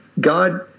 God